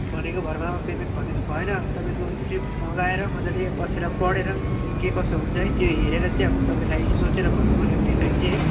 भनेको भरमा अब पेमेन्ट भनेर भएन अब तपाईँको स्क्रिप्ट मगाएर मजाले बसेर पढेर के कसो हुन्छ है त्यो हेरेर चाहिँ अब तपाईँलाई सोचेर भन्नुपऱ्यो अब पेमेन्ट चाहिँ है